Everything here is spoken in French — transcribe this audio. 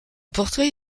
portrait